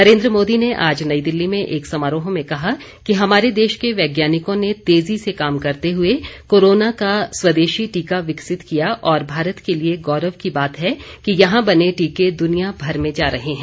नरेंद्र मोदी ने आज नई दिल्ली में एक समारोह में कहा कि हमारे देश के वैज्ञानिकों ने तेजी से काम करते हुए कोरोना का स्वदेशी टीका विकसित किया और भारत के लिए गौरव की बात है कि यहां बने टीके द्वनिया भर में जा रहे हैं